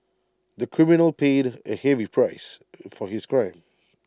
the criminal paid A heavy price for his crime